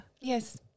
yes